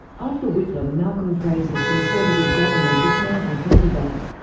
after whitlam, malcolm fraser's conservative government dismantled medibank,